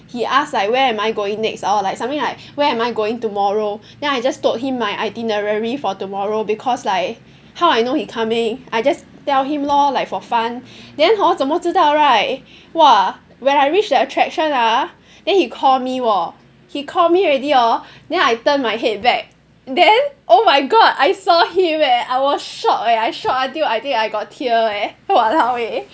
he asked like where am I going next or like something like where am I going tomorrow then I just told him my itinerary for tomorrow because like how I know he coming I just tell him lor like for fun then hor 怎么知道 right !wah! when I reached the attraction ah then he call me wor he call me already orh then I turn my head back then oh my god I saw him eh I was shocked eh I shocked until I think I got tear eh !walao! eh